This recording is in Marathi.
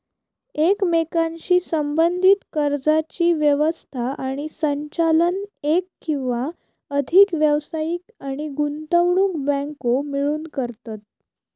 एकमेकांशी संबद्धीत कर्जाची व्यवस्था आणि संचालन एक किंवा अधिक व्यावसायिक आणि गुंतवणूक बँको मिळून करतत